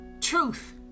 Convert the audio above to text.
truth